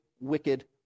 wicked